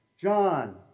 John